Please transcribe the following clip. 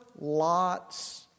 Lot's